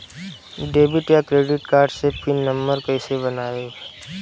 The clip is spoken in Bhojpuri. डेबिट या क्रेडिट कार्ड मे पिन नंबर कैसे बनाएम?